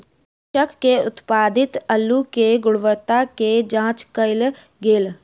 कृषक के उत्पादित अल्लु के गुणवत्ता के जांच कएल गेल